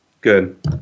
Good